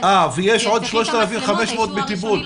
אני